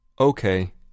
Okay